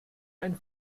ein